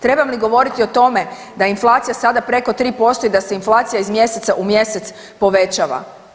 Trebam li govoriti o tome da je inflacija sada preko 3% i da se inflacija iz mjeseca u mjesec povećava?